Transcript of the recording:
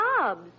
jobs